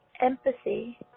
empathy